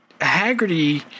Haggerty